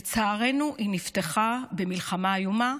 לצערנו היא נפתחה במלחמה איומה,